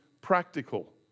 practical